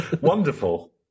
Wonderful